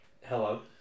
Hello